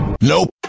Nope